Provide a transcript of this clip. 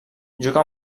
juga